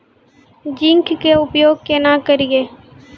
Zinc के उपयोग केना करये?